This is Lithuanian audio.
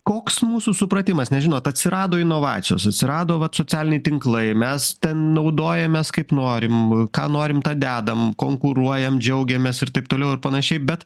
koks mūsų supratimas nes žinot atsirado inovacijos atsirado vat socialiniai tinklai mes ten naudojames kaip norim ką norim tą dedam konkuruojam džiaugiamės ir taip toliau ir panašiai bet